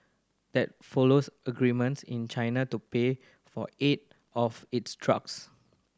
that follows agreements in China to pay for eight of its drugs